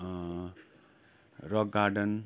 rock garden